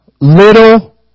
Little